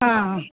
ஆ ஆ